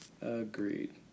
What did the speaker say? Agreed